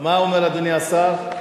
מה אומר אדוני השר?